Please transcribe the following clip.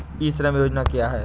ई श्रम योजना क्या है?